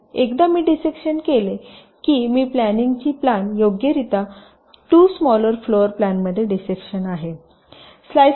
एकदा मी डिसेक्शन केले की मी प्लॅनिंगची प्लॅन योग्यरित्या 2 स्मालर फ्लोर प्लॅनमध्ये डिसेक्शन आहे